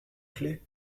claës